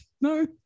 No